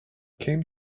came